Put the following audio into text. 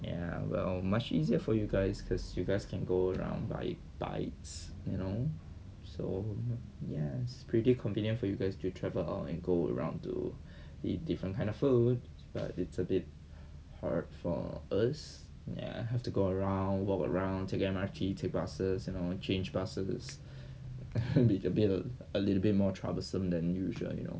ya well much easier for you guys cause you guys can go around by bikes you know so ya it's pretty convenient for you guys to travel out and go around to eat different kind of food but it's a bit hard for us ya I have to go around walk around take M_R_T take buses you know change buses can be a bit of a little bit more troublesome than usual you know